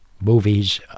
movies